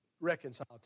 reconciled